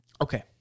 Okay